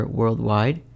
worldwide